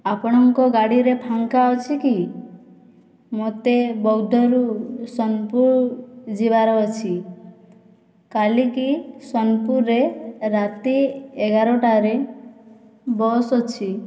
ଆପଣଙ୍କ ଗାଡ଼ିରେ ଫାଙ୍କା ଅଛି କି ମୋତେ ବୌଦରୁ ସୋନପୁର ଯିବାର ଅଛି କାଲିକି ସୋନପୁରରେ ରାତି ଏଗାରଟାରେ ବସ୍ ଅଛି